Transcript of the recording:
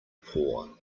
poor